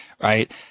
right